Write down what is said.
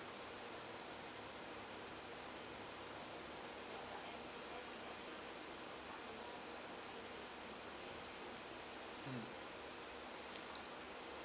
mm